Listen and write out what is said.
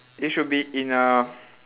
it should be in a